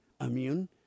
Immune